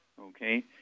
okay